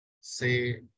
say